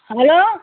hello